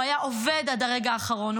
הוא היה עובד עד הרגע האחרון,